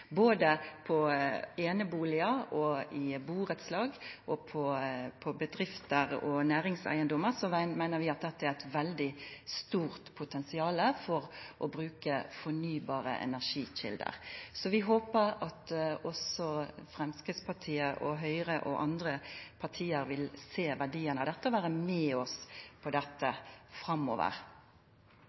I einebustader, burettslag, bedrifter og næringseigedomar meiner vi at det er eit veldig stort potensial for å bruka fornybare energikjelder. Så vi håpar at også Framstegspartiet, Høgre og andre parti vil sjå verdien av dette og vera med oss på dette framover.